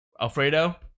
Alfredo